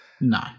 No